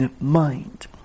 mind